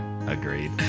Agreed